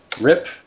Rip